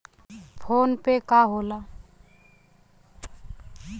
PhonePe का होला?